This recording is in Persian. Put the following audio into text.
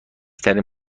ترین